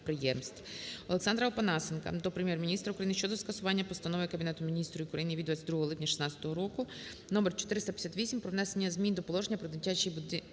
Олександра Опанасенка до Прем'єр-міністра України щодо скасування постанови Кабінету Міністрів України від 22 липня 2016 року № 458 "Про внесення змін до Положення про дитячий будинок